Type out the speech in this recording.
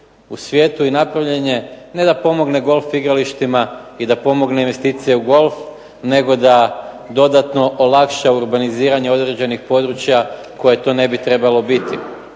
u svijetu i napravljen je ne da pomogne golf igralištima i da pomogne investicije u golf, nego da dodatno olakša urbaniziranje određenih područja koje to ne bi trebalo biti.